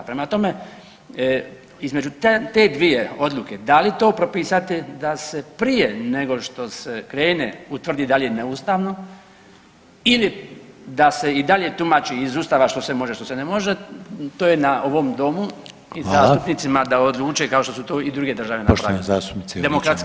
Prema tome, između te dvije odluke da li to propisati da se prije nego što se krene utvrdi da li je neustavno ili da se i dalje tumači iz Ustava što se može, što se ne može to je na ovom domu i [[Upadica: Hvala.]] zastupnicima da odluče kao što su to i druge države napravile, demokratske